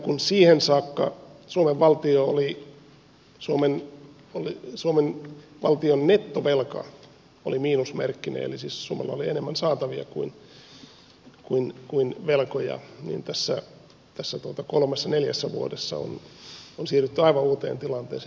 kun siihen saakka suomen valtion nettovelka oli miinusmerkkinen eli siis suomella oli enemmän saatavia kuin velkoja niin kolmessa neljässä vuodessa on siirrytty aivan uuteen tilanteeseen